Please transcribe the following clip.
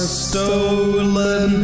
stolen